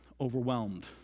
overwhelmed